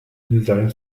design